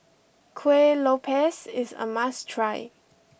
Kuih Lopes is a must try